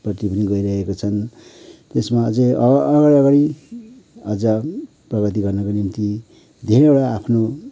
पट्टि पनि गइरहेका छन् त्यसमा अझै अगाडि अगाडि अझ प्रगति गर्नको निम्ति धेरैवटा आफ्नो